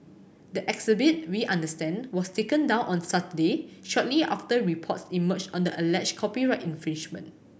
the exhibit we understand was taken down on Saturday shortly after reports emerged on the alleged copyright infringement